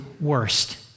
worst